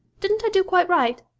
didn't i do quite right